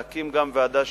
להקים גם ועדה,